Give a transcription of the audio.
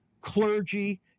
clergy